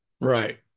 Right